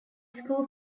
school